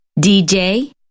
DJ